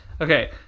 Okay